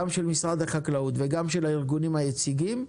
גם של משרד החקלאות וגם של הארגונים היציגים,